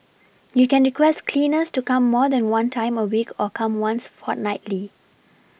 you can request cleaners to come more than one time a week or come once fortnightly